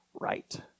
right